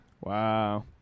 Wow